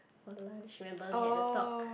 don't know if she remember we had a talk